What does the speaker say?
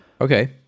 Okay